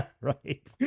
Right